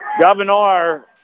Governor